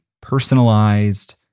personalized